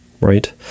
right